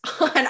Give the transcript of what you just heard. on